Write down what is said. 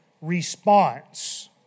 response